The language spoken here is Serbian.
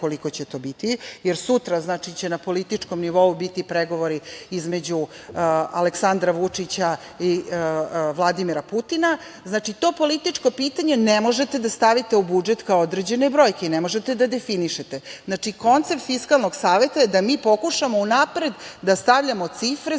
koliko će to biti, jer sutra će na političkom nivou biti pregovori između Aleksandra Vučića i Vladimira Putina, znači to političko pitanje ne možete da stavite u budžet kao određene brojke i ne možete da definišete. Znači koncept Fiskalnog saveta je da mi pokušamo unapred da stavljamo cifre